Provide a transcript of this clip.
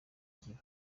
ngiro